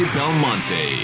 Belmonte